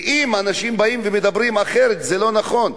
ואם אנשים באים ומדברים אחרת, זה לא נכון.